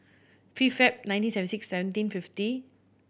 fifth Feb nineteen seventy six seventeen fifteen